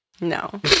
No